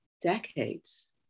decades